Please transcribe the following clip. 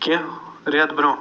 کیٚنٛہہ رٮ۪تھ برٛونٛہہ